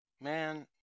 Man